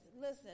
listen